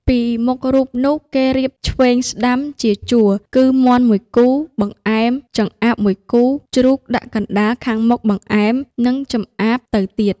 ពីមុខរូបនោះ គេ រៀបឆ្វេង-ស្តាំជាជួរ គឺ មាន់ ១គូ បង្អែម ចម្អាប ១គូ ជ្រូកដាក់កណ្តាលខាងមុខបង្អែម និងចម្អាបទៅទៀត ។